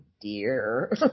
dear